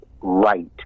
right